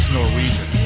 Norwegian